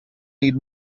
need